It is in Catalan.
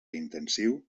intensiu